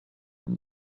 from